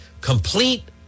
Complete